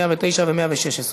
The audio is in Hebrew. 109 ו-116.